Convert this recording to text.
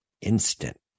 instant